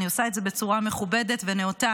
אני עושה את זה בצורה מכובדת ונאותה,